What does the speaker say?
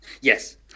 Yes